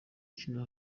akina